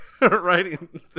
writing